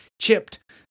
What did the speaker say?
chipped